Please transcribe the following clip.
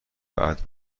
بعد